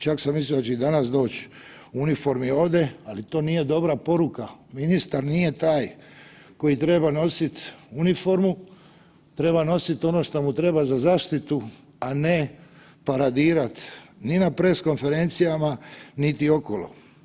Čak sam mislio da će i danas doći u uniformi ovdje, ali to nije dobra poruka, ministar nije taj koji treba nositi uniformu, treba nosit ono što mu treba za zaštitu, a ne paradirat ni na press konferencijama, niti okolo.